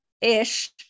ish